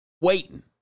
Waiting